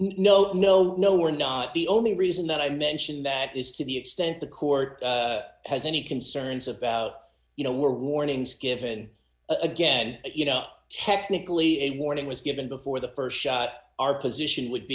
no no no we're not the only reason that i mentioned that is to the extent the court has any concerns about you know were warnings given again you know technically a warning was given before the st shot our position would